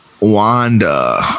Wanda